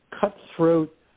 cutthroat